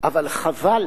אבל חבל